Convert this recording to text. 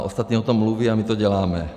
Ostatní o tom mluví a my to děláme.